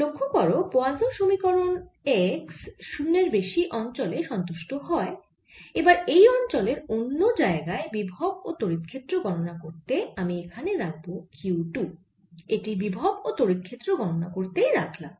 লক্ষ্য করো পোয়াসোঁ সমীকরণ x 0 এর চেয়ে বেশি অঞ্চলে সন্তুষ্ট হয় এবার এই অঞ্চলের অন্য জায়গায় বিভব ও তড়িৎ ক্ষেত্র গণনা করতে আমি এখানে রাখব q 2 এটি বিভব ও তড়িৎ ক্ষেত্র গণনা করতে রাখলাম